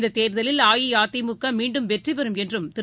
இந்தத் தேர்தலில் அஇஅதிமுகமீண்டும் வெற்றிபெறும் என்றும் திரு